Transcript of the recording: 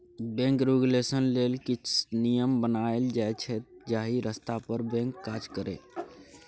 bank regulation लेल किछ नियम बनाएल जाइ छै जाहि रस्ता पर बैंक काज करय